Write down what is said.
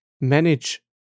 manage